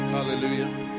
Hallelujah